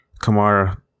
Kamara